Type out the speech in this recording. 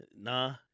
Nah